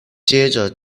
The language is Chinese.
接着